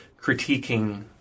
critiquing